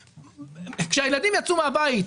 כשהילדים יצאו מהבית,